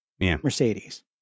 mercedes